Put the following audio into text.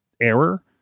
error